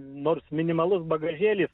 nors minimalus bagažėlis